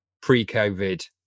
pre-COVID